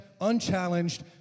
unchallenged